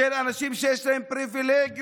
של אנשים שיש להם פריבילגיות.